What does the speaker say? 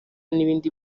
n’ibindi